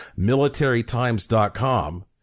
militarytimes.com